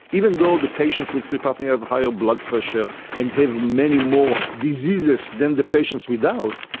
even though the patients with sleep apnoea have higher blood pressure and have many more diseases than the patients without,